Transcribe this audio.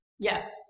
Yes